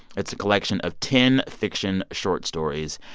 it's a collection of ten fiction short stories,